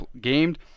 gamed